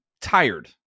tired